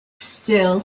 still